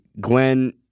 Glenn